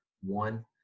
one